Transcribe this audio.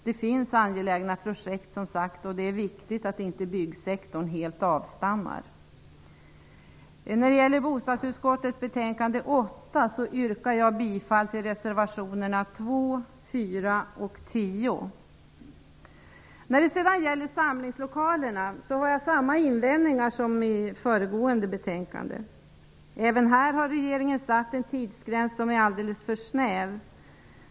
Det finns som sagt angelägna projekt, och det är viktigt att inte verksamheten inom byggsektorn avstannar helt. Jag yrkar bifall till reservationerna nr 2, 4 och 10 i bostadsutskottets betänkande nr 8. När det gäller allmänna samlingslokaler har jag samma invändning som i föregående betänkande. Även här har regeringen satt en tidsgräns som är alltför snäv.